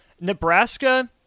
Nebraska